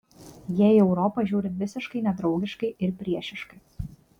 jie į europą žiūri visiškai nedraugiškai ir priešiškai